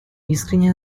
искренне